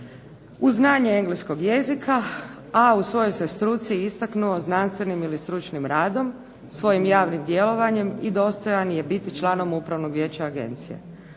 Uz znanje engleskog jezika, a u svojoj se struci istaknuo znanstvenim ili stručnim radom, svojim javnim djelovanjem i dostojan je biti članom upravnog vijeća agencije.